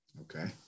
Okay